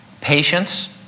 patience